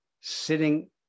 sitting